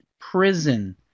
Prison